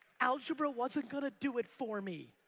algebra wasn't gonna do it for me.